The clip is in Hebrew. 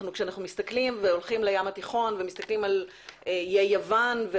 כשאנחנו הולכים לים התיכון ומסתכלים על איי יוון,